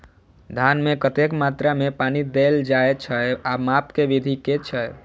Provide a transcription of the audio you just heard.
धान मे कतेक मात्रा मे पानि देल जाएँ छैय आ माप केँ विधि केँ छैय?